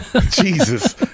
Jesus